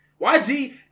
YG